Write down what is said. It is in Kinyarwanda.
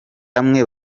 hamwe